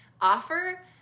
offer